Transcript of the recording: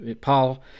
Paul